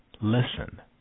listen